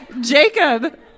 jacob